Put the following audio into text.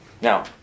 now